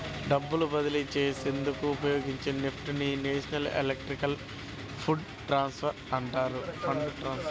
డబ్బు బదిలీ చేసేందుకు ఉపయోగించే నెఫ్ట్ ని నేషనల్ ఎలక్ట్రానిక్ ఫండ్ ట్రాన్స్ఫర్ అంటారు